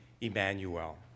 Emmanuel